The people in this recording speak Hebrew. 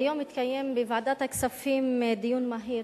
היום התקיים בוועדת הכספים דיון מהיר